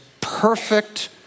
perfect